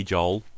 Joel